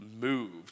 moved